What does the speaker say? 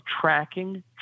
tracking